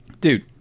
dude